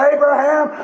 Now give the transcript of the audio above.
Abraham